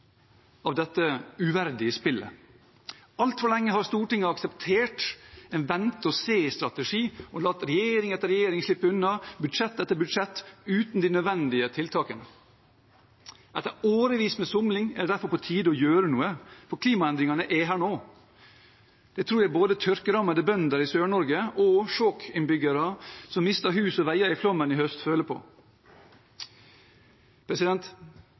av dette uverdige spillet. Altfor lenge har Stortinget akseptert en vente-og-se-strategi og latt regjering etter regjering slippe unna i budsjett etter budsjett uten de nødvendige tiltakene. Etter årevis med somling er det derfor på tide å gjøre noe, for klimaendringene er her nå. Det tror jeg både tørkerammede bønder i Sør-Norge og Skjåk-innbyggere som mistet hus og veier i flommen i høst, føler på.